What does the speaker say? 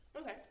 Okay